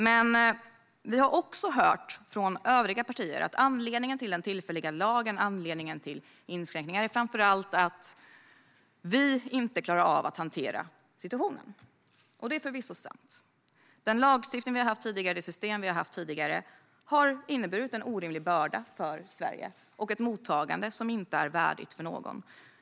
Men vi har också hört från övriga partier att anledningen till den tillfälliga lagen och inskränkningar framför allt är att Sverige inte klarar av att hantera situationen. Det är förvisso sant. Den lagstiftning och det system vi har haft tidigare har inneburit en orimlig börda för Sverige, och vi har haft ett mottagande som inte är värdigt för någon.